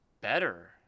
better